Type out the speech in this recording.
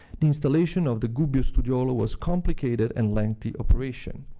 the installation of the gubbio studiolo was complicated and lengthy operation.